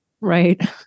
right